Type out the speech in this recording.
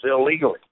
illegally